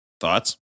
Thoughts